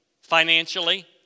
financially